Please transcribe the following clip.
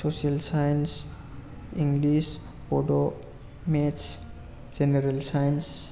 social science English बड' maths general science